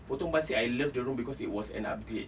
potong pasir I love the room because it was an upgrade